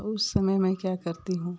उस समय मैं क्या करती हूँ